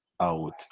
out